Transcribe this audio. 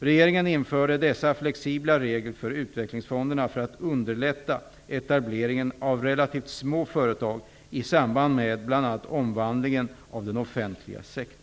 Regeringen införde dessa flexibla regler för utvecklingsfonderna för att underlätta etableringen av relativt små företag i samband med bl.a.